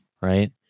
right